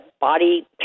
body